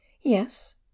Yes